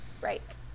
Right